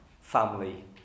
family